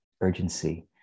urgency